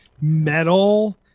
metal